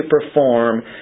perform